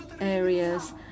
areas